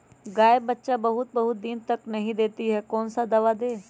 गाय बच्चा बहुत बहुत दिन तक नहीं देती कौन सा दवा दे?